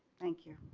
thank you.